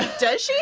does